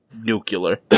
nuclear